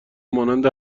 مانند